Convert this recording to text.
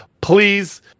Please